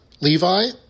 Levi